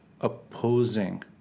opposing